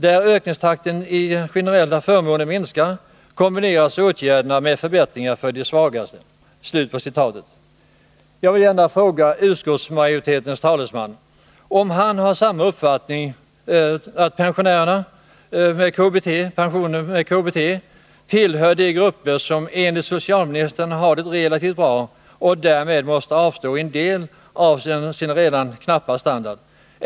Där ökningstakten i generella förmåner minskar kombineras åtgärderna med förbättringar för de svagaste. Jag vill gärna fråga utskottsmajoritetens talesman, om han har samma uppfattning, att pensionärer med med KBT tillhör de grupper som enligt socialministern har det relativt bra och som därmed måste avstå en del av sin redan knappa standard.